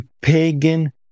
pagan